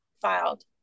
filed